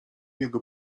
jego